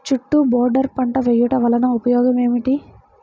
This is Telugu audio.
చుట్టూ బోర్డర్ పంట వేయుట వలన ఉపయోగం ఏమిటి?